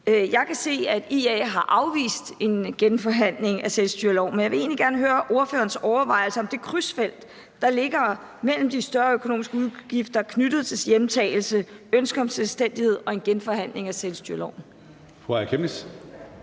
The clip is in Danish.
Jeg kan se, at IA har afvist en genforhandling af selvstyreloven, men jeg vil egentlig gerne høre ordførerens overvejelser om det krydsfelt, der er, mellem de større økonomiske udgifter knyttet til hjemtagelse, ønsket om selvstændighed og en genforhandling af selvstyreloven.